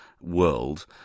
world